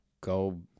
go